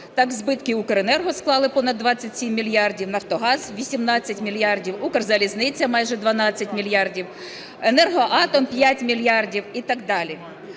Так, збитки Укренерго склали понад 27 мільярдів, Нафтогаз - 18 мільярдів, Укрзалізниця - майже 12 мільярдів, Енергоатом - 5 мільярдів і так далі.